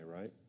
right